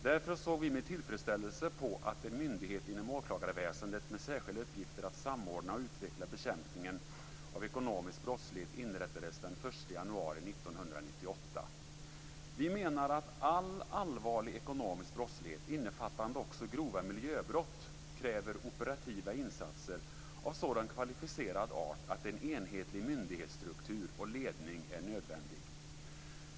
Därför såg vi med tillfredsställelse på att en myndighet inom åklagarväsendet med särskilda uppgifter att samordna och utveckla bekämpningen av ekonomisk brottslighet inrättades den 1 januari 1998. Vi menar att all allvarlig ekonomisk brottslighet, innefattande också grova miljöbrott, kräver operativa insatser av sådan kvalificerad art att en enhetlig myndighetsstruktur och ledning är nödvändigt.